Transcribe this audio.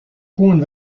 koene